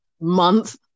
month